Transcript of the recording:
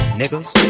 niggas